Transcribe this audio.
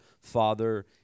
Father